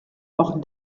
auch